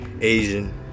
Asian